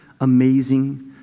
amazing